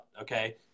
okay